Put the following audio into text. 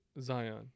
Zion